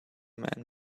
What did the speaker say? man